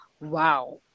wow